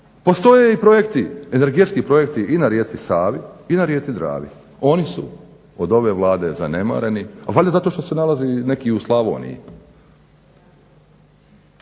i projekti, energetski projekti i na rijeci Savi i na rijeci Dravi, oni su od ove Vlade zanemareni valjda zato što se nalaze neki u Slavoniji.